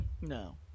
No